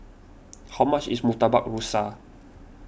how much is Murtabak Rusa